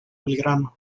belgrano